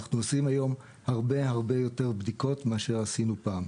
אנחנו עושים היום הרבה-הרבה יותר בדיקות מאשר עשינו פעם.